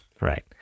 right